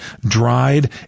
dried